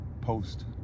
post